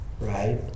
right